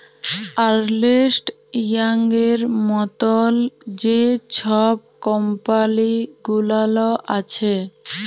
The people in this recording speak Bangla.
আর্লেস্ট ইয়াংয়ের মতল যে ছব কম্পালি গুলাল আছে